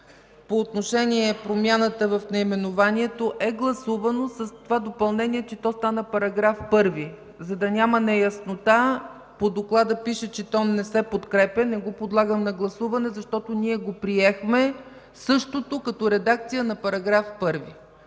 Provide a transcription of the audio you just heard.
по отношение промяната в наименованието, е гласувано с това допълнение, че то стана § 1. За да няма неяснота – по доклада пише, че то не се подкрепя, не го подлагам на гласуване, защото ние го приехме същото като редакция на § 1.